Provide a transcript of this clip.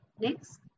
Next